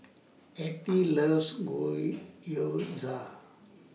Ethie loves Gyoza